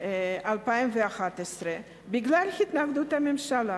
2011 בגלל התנגדות הממשלה.